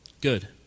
Good